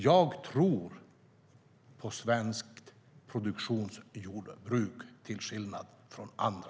Jag tror på svenskt produktionsjordbruk, till skillnad från andra.